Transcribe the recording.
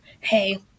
hey